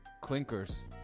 Clinkers